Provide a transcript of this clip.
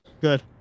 Good